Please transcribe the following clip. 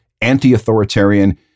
anti-authoritarian